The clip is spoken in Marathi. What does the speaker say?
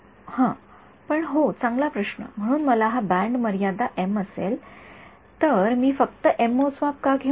हं पण हो चांगला प्रश्न म्हणून जर मला बँड मर्यादा एम असेल तर मी फक्त एम मोजमाप का घेऊ नये